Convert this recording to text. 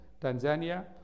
Tanzania